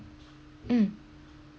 mm